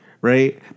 right